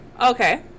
Okay